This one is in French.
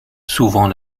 souvent